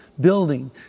building